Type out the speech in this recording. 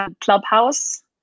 Clubhouse